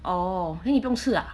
oh then 你不用吃啊